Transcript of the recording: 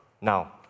now